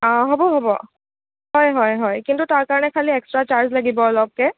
হ'ব হ'ব হয় হয় হয় কিন্তু তাৰ কাৰণে খালী এক্সট্ৰা চাৰ্জ লাগিব অলপকৈ